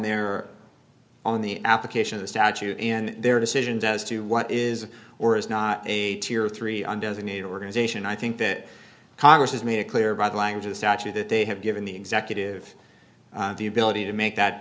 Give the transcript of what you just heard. there or on the application of the statute in their decisions as to what is or is not a tier three on doesn't need organization i think that congress has made it clear by the language of statute that they have given the executive the ability to make that